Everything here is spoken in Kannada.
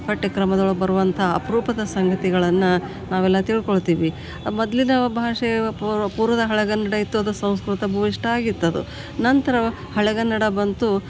ಪಠ್ಯಕ್ರಮದೊಳಗೆ ಬರುವಂಥ ಅಪರೂಪದ ಸಂಗತಿಗಳನ್ನು ನಾವೆಲ್ಲ ತಿಳ್ಕೊಳ್ತೀವಿ ಮೊದಲಿನ ಭಾಷೆ ಪೂರ್ವ ಪೂರ್ವದ ಹಳೆಗನ್ನಡ ಇತ್ತು ಅದು ಸಂಸ್ಕೃತಭೂಯಿಷ್ಟ ಆಗಿತ್ತದು ನಂತರ ಹಳೆಗನ್ನಡ ಬಂತು